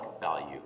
value